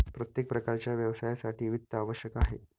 प्रत्येक प्रकारच्या व्यवसायासाठी वित्त आवश्यक आहे